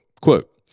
Quote